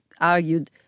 argued